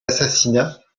assassinats